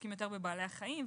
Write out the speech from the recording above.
שעוסקים יותר בבעלי החיים.